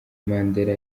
mandela